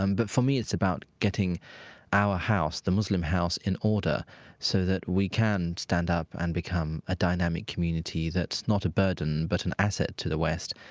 um but for me, it's about getting our house, the muslim house, in order so that we can stand up and become a dynamic community that's not a burden, but an asset to the west.